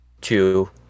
Two